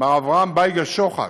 מר אברהם בייגה שוחט,